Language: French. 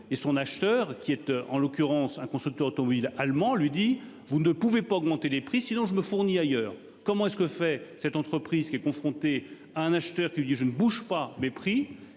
et son acheteur qui était en l'occurrence un constructeur automobile allemand lui dit vous ne pouvez pas augmenter les prix, sinon je me fournis ailleurs. Comment est-ce que fait cette entreprise qui est confronté à un acheteur qui dit je ne bouge pas. Mépris et